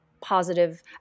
positive